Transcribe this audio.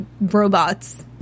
robots